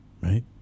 Right